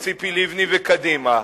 זה ציפי לבני וקדימה.